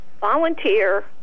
volunteer